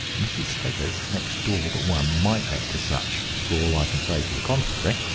mrs. steggars, next door but one, might let to such, for all i can say to the contrary,